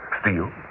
Steel